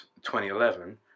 2011